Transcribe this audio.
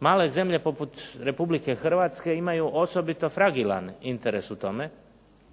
Male zemlje poput Republike Hrvatske imaju osobito fragilan interes u tome